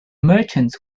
merchants